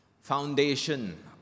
foundation